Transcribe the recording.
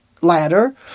ladder